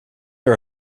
are